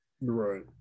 Right